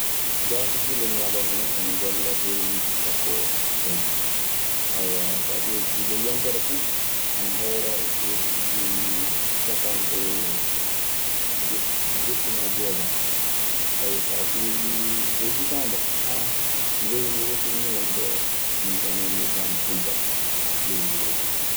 Jate fuu ley ñalawma neɗɗo ana golla eeruuji sappo e ko fawi. so a ƴeeƴii duu ley yontere fuu ana hawra e eeruuji capanɗe jeɗɗi, jeɗɗi naa jeegon. so a ƴeewii ley hitaande, lewru wooturu nii woni ko ɓamammi faa mi suulta kaa, lewru wooturu.